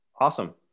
Awesome